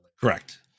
correct